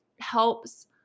helps